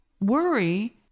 Worry